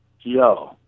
yo